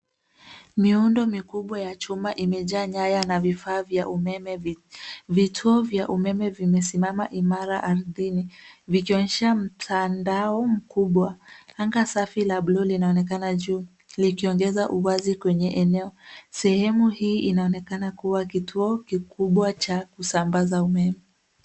Miundo mikubwa ya chuma imejaa nyaya na vifaa vya umeme. Vituo vya umeme vimesimama imara ardhini vikionyesha mtandao mkubwa. Anga safi la buluu linaonekana juu likiongeza uwazi kwenye eneo. Sehemu hii inaonekana kuwa kituo kikubwa cha kusambaza umeme.